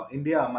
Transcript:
India